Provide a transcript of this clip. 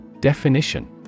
Definition